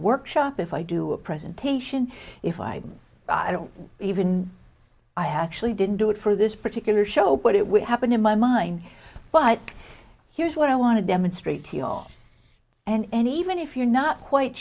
workshop if i do a presentation if i i don't even i actually didn't do it for this particular show but it would happen in my mind but here's what i want to demonstrate to you all and even if you're not quite